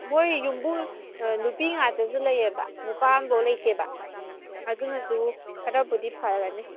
ꯃꯣꯏ ꯌꯨꯝꯕꯨ ꯅꯨꯄꯤ ꯉꯥꯛꯇꯁꯨ ꯂꯩꯌꯦꯕ ꯅꯨꯄꯥ ꯑꯃꯕꯧ ꯂꯩꯇꯦꯕ ꯑꯗꯨꯅꯁꯨ ꯈꯔꯕꯨꯗꯤ ꯐꯔꯅꯤ